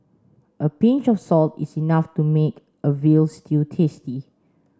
a pinch of salt is enough to make a veal stew tasty